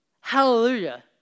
Hallelujah